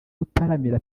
gutaramira